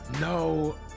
No